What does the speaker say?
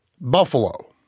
buffalo